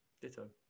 Ditto